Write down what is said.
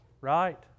right